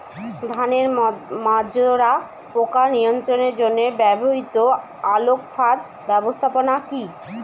ধানের মাজরা পোকা নিয়ন্ত্রণের জন্য ব্যবহৃত আলোক ফাঁদ ব্যবস্থাপনা কি?